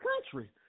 country